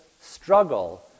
struggle